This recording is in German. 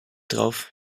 drauf